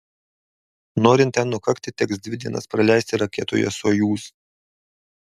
norint ten nukakti teks dvi dienas praleisti raketoje sojuz